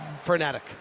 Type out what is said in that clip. frenetic